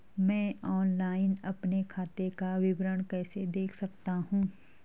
मैं ऑनलाइन अपने खाते का विवरण कैसे देख सकता हूँ?